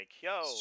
yo